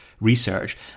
research